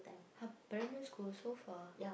!huh! primary school so far